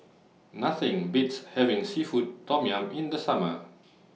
Nothing Beats having Seafood Tom Yum in The Summer